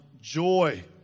joy